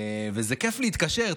זה כיף להתקשר.